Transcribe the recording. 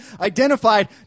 identified